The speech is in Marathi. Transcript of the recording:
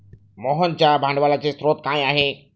मोहनच्या भांडवलाचे स्रोत काय आहे?